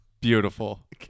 beautiful